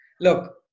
Look